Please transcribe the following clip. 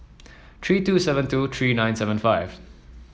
three two seven two three nine seven five